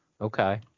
okay